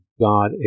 God